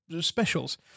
specials